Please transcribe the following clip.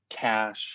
cash